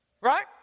Right